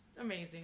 amazing